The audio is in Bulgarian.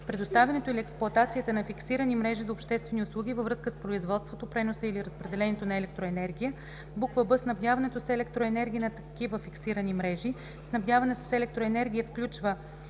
предоставянето или експлоатацията на фиксирани мрежи за обществени услуги във връзка с производството, преноса или разпределението на електроенергия; б) снабдяването с електроенергия нa такивa фиксирани мрежи. Снабдяването с електроенергия включва